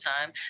time